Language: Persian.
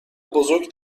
بزرگ